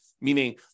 meaning